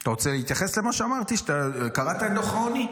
אתה רוצה להתייחס למה שאמרתי, קראת את דוח העוני?